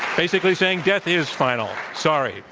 basically saying, death is final, sorry.